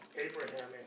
Abraham